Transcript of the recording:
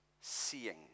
seeing